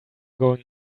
going